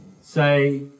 say